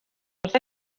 wrth